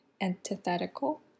antithetical